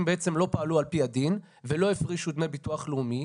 בעצם לא פעלו על פי הדין ולא הפרישו דמי ביטוח לאומי.